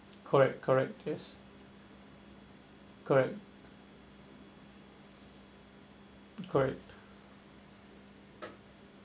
correct correct yes correct correct